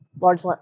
Large